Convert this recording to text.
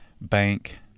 bank